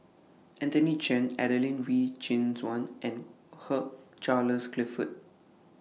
Anthony Chen Adelene Wee Chin Suan and Hugh Charles Clifford